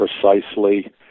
precisely